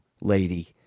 lady